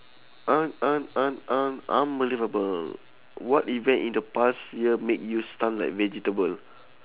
un~ un~ un~ un~ unbelievable what event in the past year make you stun like vegetable